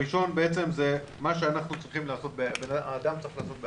הראשון הוא מה שאדם צריך לעשות בעצמו,